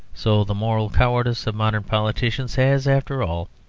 so the moral cowardice of modern politicians has, after all,